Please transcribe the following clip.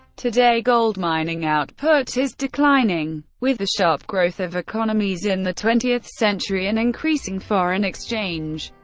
today, gold mining output is declining. with the sharp growth of economies in the twentieth century, and increasing foreign exchange,